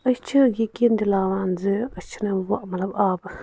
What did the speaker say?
أسی چھِ یہِ یقیٖن دِلاوان زِ أسۍ چھِنہٕ مَطلَب آب